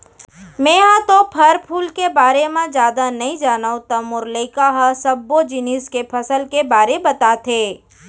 मेंहा तो फर फूल के बारे म जादा नइ जानव त मोर लइका ह सब्बो जिनिस के फसल के बारे बताथे